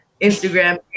Instagram